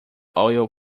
oil